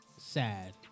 sad